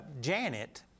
Janet